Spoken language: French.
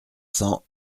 cents